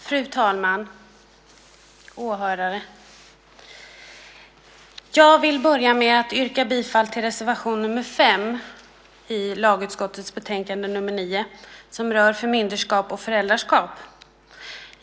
Fru talman! Åhörare! Jag vill börja med att yrka bifall till reservation 5 i lagutskottets betänkande nr 9, som rör förmynderskap och föräldraskap.